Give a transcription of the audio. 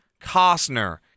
Costner